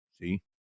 see